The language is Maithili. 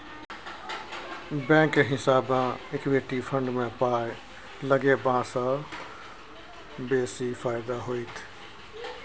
बैंकक हिसाबैं इक्विटी फंड मे पाय लगेबासँ बेसी फायदा होइत